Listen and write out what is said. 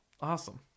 Awesome